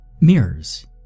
Mirrors